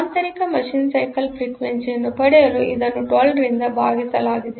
ಆಂತರಿಕ machine cycle frequency ಅನ್ನು ಪಡೆಯಲು ಇದನ್ನು 12 ರಿಂದ ಭಾಗಿಸಲಾಗಿದೆ